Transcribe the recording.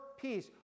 peace